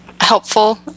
helpful